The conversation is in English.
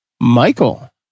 Michael